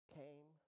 came